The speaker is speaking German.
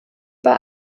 bei